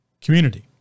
community